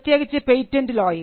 പ്രത്യേകിച്ചും പേറ്റന്റ് ലോയിൽ